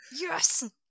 Yes